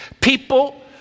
People